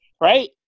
right